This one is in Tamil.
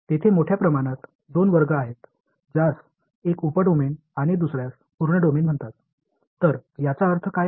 பரவலாக இரண்டு வகைகள் உள்ளன ஒன்று சப் டொமைன் என்றும் மற்றொன்று ஃபுல்டொமைன் என்றும் அழைக்கப்படுகிறது